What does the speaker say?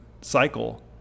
cycle